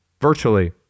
virtually